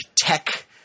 tech